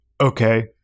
Okay